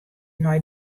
nei